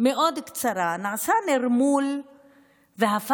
מאוד קצרה נעשה נרמול לעניין של העליונות היהודית,